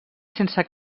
sense